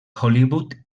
hollywood